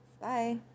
Bye